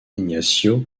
ignacio